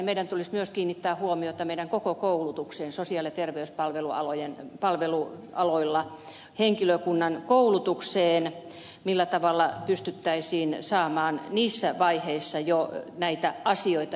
meidän tulisi myös kiinnittää huomiota koko koulutukseen sosiaali ja terveyspalvelualoilla henkilökunnan koulutukseen millä tavalla pystyttäisiin saamaan niissä vaiheissa jo näitä asioita